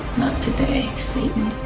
today, satan.